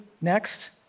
next